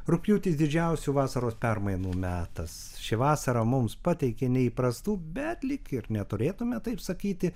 rugpjūtis didžiausių vasaros permainų metas ši vasara mums pateikė neįprastų bet lyg ir neturėtume taip sakyti